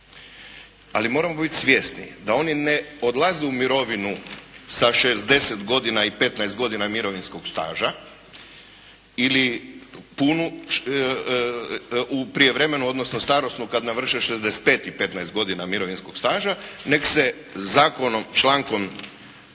ali moramo biti svjesni da oni ne odlaze u mirovinu sa 60 godina i 15 godina mirovinskog staža ili punu, prijevremenu odnosno starosnu kad navrše 65 i 15 godina mirovinskog staža nego se zakonom člankom